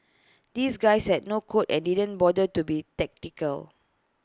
these guys had no code and didn't bother to be tactical